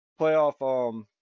playoff